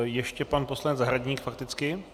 Ještě pan poslanec Zahradník fakticky.